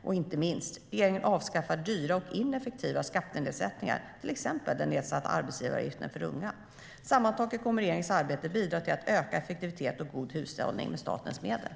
Och inte minst: Regeringen avskaffar dyra och ineffektiva skattenedsättningar, till exempel den nedsatta arbetsgivaravgiften för unga. Sammantaget kommer regeringens arbete att bidra till ökad effektivitet och god hushållning med statens medel.